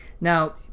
Now